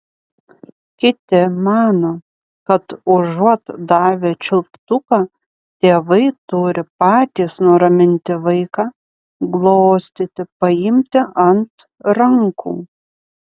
kiti mano kad užuot davę čiulptuką tėvai turi patys nuraminti vaiką glostyti paimti ant rankų